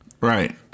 right